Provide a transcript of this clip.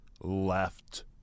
left